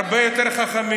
הרבה יותר חכמים,